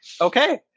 Okay